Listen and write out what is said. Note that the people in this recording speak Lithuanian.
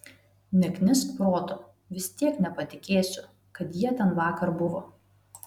neknisk proto vis tiek nepatikėsiu kad jie ten vakar buvo